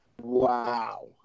wow